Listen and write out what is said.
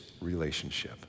relationship